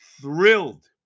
thrilled